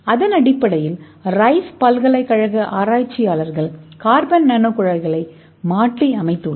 அதன் அடிப்படையில் ரைஸ் பல்கலைக்கழக ஆராய்ச்சியாளர்கள் கார்பன் நானோ குழாய்களை மாற்றியமைத்துள்ளனர்